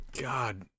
God